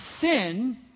sin